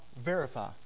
verify